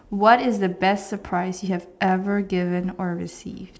what is the best surprise you have ever given or received